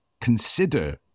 consider